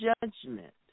judgment